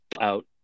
out